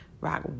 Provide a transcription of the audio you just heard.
Rock